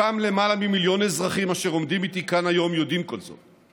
אותם למעלה ממיליון אזרחים אשר עומדים איתי כאן היום יודעים כל זאת.